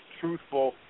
truthful